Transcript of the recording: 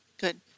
Good